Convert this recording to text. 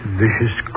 vicious